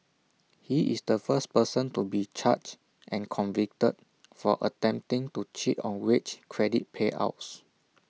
he is the first person to be charged and convicted for attempting to cheat on wage credit payouts